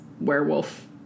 werewolf